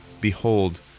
behold